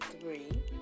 three